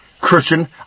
Christian